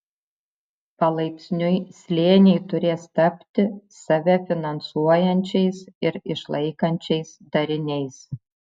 palaipsniui slėniai turės tapti save finansuojančiais ir išlaikančiais dariniais